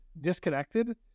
disconnected